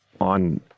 on